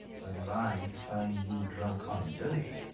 but if i find you drunk on duty.